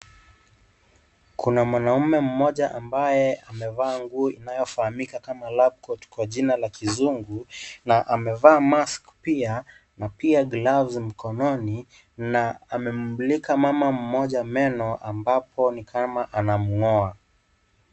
Kuna mwanamme mmoja ambaye amevaa nguo inayofahamika kama lab coat kwa jina la kizungu na amevaa mask pia na pia gloves mkononi na amemmulika mama mmoja meno ambapo ni kama anamngoa.